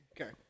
Okay